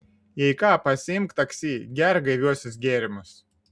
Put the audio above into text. jei ką pasiimk taksi gerk gaiviuosius gėrimus